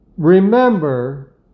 remember